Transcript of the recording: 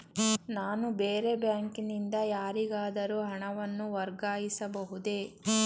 ನಾನು ಬೇರೆ ಬ್ಯಾಂಕಿನಿಂದ ಯಾರಿಗಾದರೂ ಹಣವನ್ನು ವರ್ಗಾಯಿಸಬಹುದೇ?